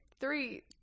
three